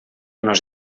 nos